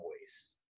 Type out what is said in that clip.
voice